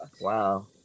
Wow